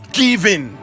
giving